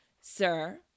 Sir